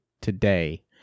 today